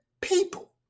people